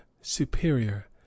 superior